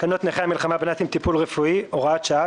תקנות נכי המלחמה בנאצים (טיפול רפואי) (הוראת שעה),